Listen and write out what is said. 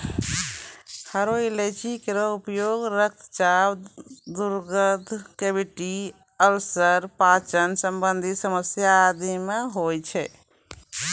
हरो इलायची केरो उपयोग रक्तचाप, दुर्गंध, कैविटी अल्सर, पाचन संबंधी समस्या आदि म होय छै